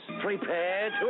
Prepare